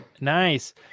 Nice